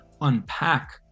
unpack